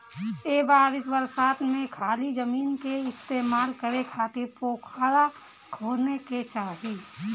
ए बरिस बरसात में खाली जमीन के इस्तेमाल करे खातिर पोखरा खोने के चाही